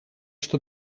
что